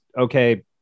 okay